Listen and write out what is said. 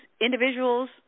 individuals